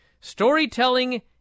Storytelling